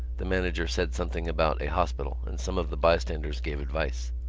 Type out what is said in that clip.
the manager said something about a hospital and some of the bystanders gave advice.